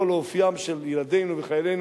לא לאופיים של ילדינו וחיילינו.